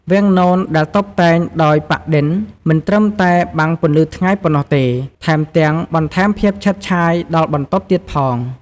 វាំងននដែលតុបតែងដោយប៉ាក់-ឌិន មិនត្រឹមតែបាំងពន្លឺថ្ងៃប៉ុណ្ណោះទេ ថែមទាំងបន្ថែមភាពឆើតឆាយដល់បន្ទប់ទៀតផង។